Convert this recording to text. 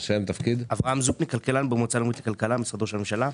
אני כלכלן במועצה הלאומית לכלכלה במשרד ראש הממשלה.